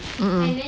mm mm